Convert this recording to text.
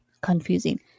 confusing